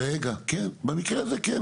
רגע, כן, במקרה הזה כן.